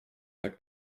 tak